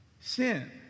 sin